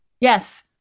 Yes